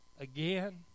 again